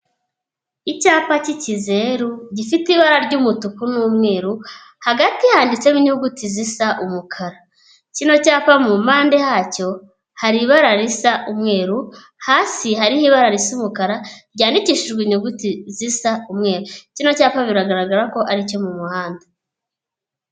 Icyapa cy'ikizeru gifite ibara ry'umutuku n'umweru, hagati handitsemo inyuguti zisa umukara. Kino cyapa mu mpande hacyo hari ibara risa umweru, hasi hariho ibara risa umukara ryandikishijwe inyuguti zisa umweru. Kino cyapa biragaragara ko ari icyo mu muhanda.